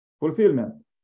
fulfillment